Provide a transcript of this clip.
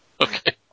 Okay